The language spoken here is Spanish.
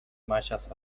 mayas